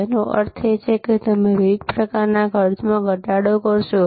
જેનો અર્થ છે કે તમે વિવિધ પ્રકારના ખર્ચમાં ઘટાડો કરશો